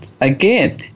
Again